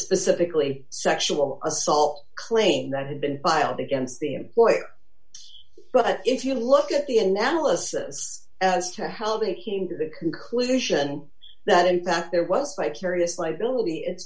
specifically sexual assault claim that had been filed against the employer but if you look at the analysis as to how they came to the conclusion that in fact there was